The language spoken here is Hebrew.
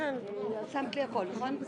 כינסתי את עצמי לדיון השלישי היום מכיוון שאני